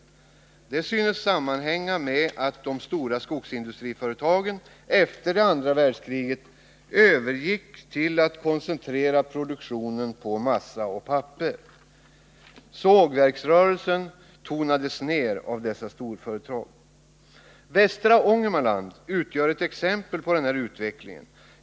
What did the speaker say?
Detta synes sammanhänga med att de stora skogsindustriföretagen efter andra världskriget övergick till att koncentrera produktionen på massa och papper. Sågverksrörelsen tonades ned av dessa storföretag. Västra Ångermanland utgör ett exempel på denna utveckling.